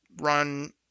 run